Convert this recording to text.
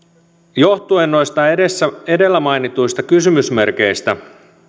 johtuen noista edellä mainituista kysymysmerkeistä